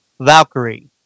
Valkyrie